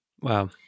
Wow